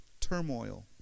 turmoil